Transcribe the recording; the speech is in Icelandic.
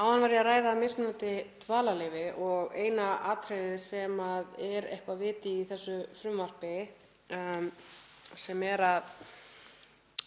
Áðan var ég að ræða mismunandi dvalarleyfi og eina atriðið sem er eitthvert vit í í þessu frumvarpi sem er að